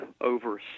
over